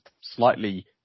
slightly